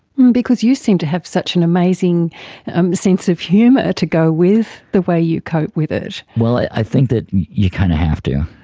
because you seem to have such an amazing sense of humour ah to go with the way you cope with it. well, i think that you kind of have to.